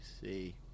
see